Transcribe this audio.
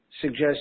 suggest